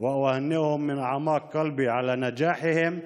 ברפואה ולאחל להם הרבה מאוד הצלחה בקריירה המקצועית שלהם.